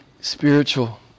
spiritual